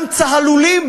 הפלסטינים.